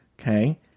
Okay